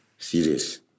Serious